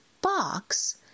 box